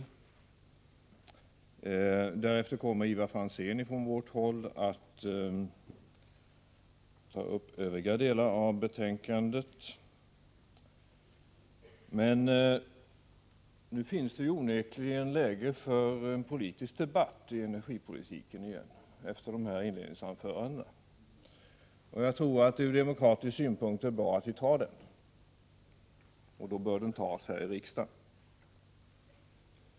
Från vårt håll kommer sedan Ivar Franzén att ta upp övriga delar av betänkandet. Men nu finns det ju onekligen läge för en politisk debatt om energipolitiken igen, efter dagens inledningsanföranden. Jag tror att det ur demokratisk synpunkt är bra att vi tar den debatten, och då bör den inte minst tas här i riksdagen.